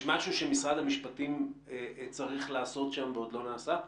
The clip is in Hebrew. יש משהו שמשרד המשפטים צריך לעשות שם ועוד לא נעשה?